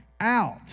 out